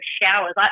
showers